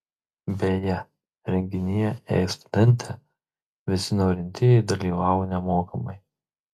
beje renginyje ei studente visi norintieji dalyvavo nemokamai